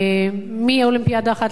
מאולימפיאדה אחת לשנייה,